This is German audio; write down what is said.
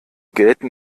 gelten